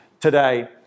today